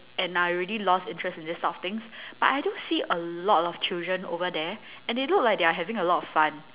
and I already lost interest in these sort of things but I do see a lot of children over there and they look like they're having a lot of fun